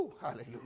Hallelujah